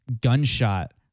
gunshot